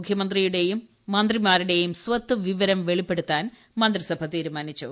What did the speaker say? മുഖ്യമന്ത്രിയുടെയും മന്ത്രിമാരുടെയും സ്വത്ത് വിവരം വെളിപ്പെടുത്താൻ മന്ത്രിസഭാ തീരുമാനിച്ചു